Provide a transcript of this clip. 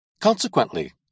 Consequently